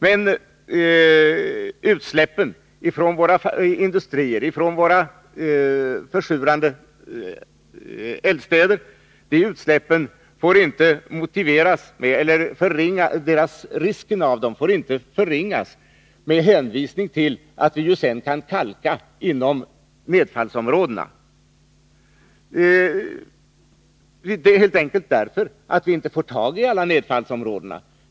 Men risken med utsläppen från våra industrier och från våra försurande eldstäder får inte förringas med hänvisning till att man ju kan kalka inom nedfallsområdena. Detta beror helt enkelt på att vi inte kommer åt alla dessa.